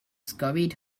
scurried